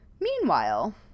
meanwhile